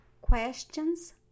questions